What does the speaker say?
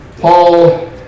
Paul